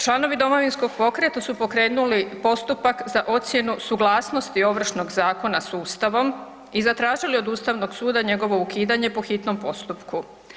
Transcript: Članovi Domovinskog pokreta su pokrenuli postupak za ocjenu suglasnosti Ovršnog zakona s ustavom i zatražili od ustavnog suda njegovo ukidanje po hitnom postupku.